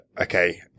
okay